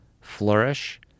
flourish